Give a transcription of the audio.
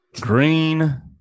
green